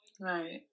Right